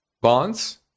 bonds